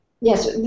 Yes